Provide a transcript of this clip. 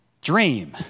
dream